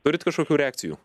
turit kažkokių reakcijų